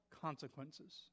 consequences